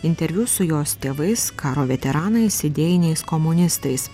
interviu su jos tėvais karo veteranais idėjiniais komunistais